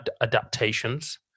adaptations